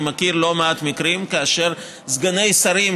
אני מכיר לא מעט מקרים שכאשר סגני שרים